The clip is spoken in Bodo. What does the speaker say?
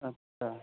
आस्सा